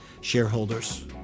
shareholders